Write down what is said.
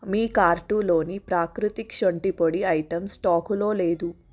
మీ కార్టులోని ప్రాకృతిక్ శొంఠి పొడి ఐటెం స్టాకులో లేదు